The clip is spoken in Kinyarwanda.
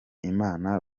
inama